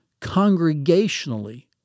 congregationally